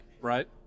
Right